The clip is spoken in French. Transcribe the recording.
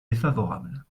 défavorable